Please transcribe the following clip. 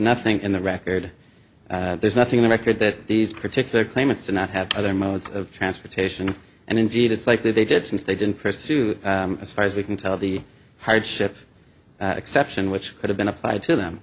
nothing in the record there's nothing in the record that these particular claimants do not have other modes of transportation and indeed it's likely they did since they didn't pursue as far as we can tell the hardship exception which could have been applied to them